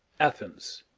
athens.